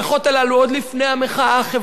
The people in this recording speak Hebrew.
עוד לפני המחאה החברתית,